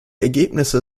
ergebnisse